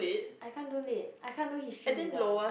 I can't do lit I can't do history either